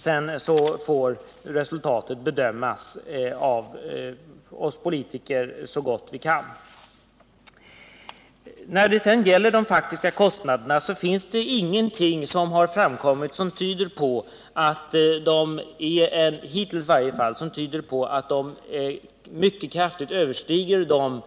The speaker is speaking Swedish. Sedan får vi politiker bedöma resultatet så gott vi kan. När det sedan gäller de faktiska kostnaderna har i varje fall hittills ingenting framkommit som tyder på att de mycket kraftigt överstiger de